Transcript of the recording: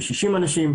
ב-60 אנשים,